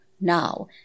now